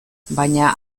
baina